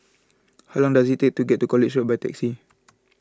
how long does it take to get to College Road by taxi